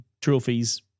trophies